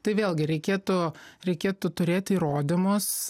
tai vėlgi reikėtų reikėtų turėti įrodymus